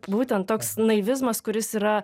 būtent toks naivizmas kuris yra